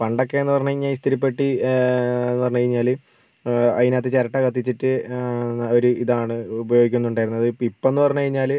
പണ്ടൊക്കേന്ന് പറഞ്ഞ് കഴിഞ്ഞാൽ ഇസ്തിരി പെട്ടി പറഞ്ഞ് കഴിഞ്ഞാൽ അതിനകത്ത് ചിരട്ട കത്തിച്ചിട്ട് ഒരു ഇതാണ് ഉപയോഗിക്കുന്നുണ്ടായിരുന്നത് ഇപ്പമെന്ന് പറഞ്ഞ് കഴിഞ്ഞാൽ